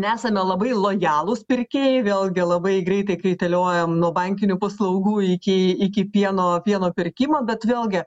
nesame labai lojalūs pirkėjai vėlgi labai greitai kaitaliojam nuo bankinių paslaugų iki iki pieno pieno pirkimo bet vėlgi